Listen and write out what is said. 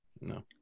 No